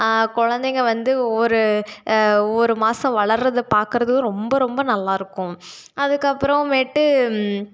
கொழந்தைங்க வந்து ஒவ்வொரு ஒரு மாதம் வளர்றத பார்க்கறதும் ரொம்ப ரொம்ப நல்லா இருக்கும் அதுக்கப்பறமேட்டு